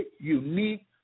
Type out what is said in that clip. unique